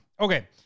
Okay